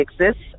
exists